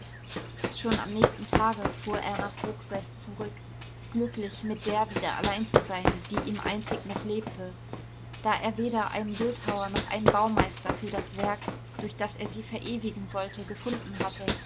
schon am nächsten tage fuhr er nach hochseß zurück glücklich mit der wieder allein zu sein die ihm einzig noch lebte da er weder einen bildhauer noch einen baumeister für das werk durch das er sie verewigen wollte gefunden hatte